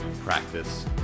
practice